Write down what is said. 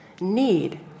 need